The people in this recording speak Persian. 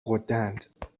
غدهاند